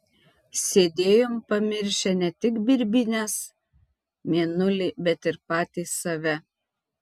sėdėjom pamiršę ne tik birbynes mėnulį bet ir patys save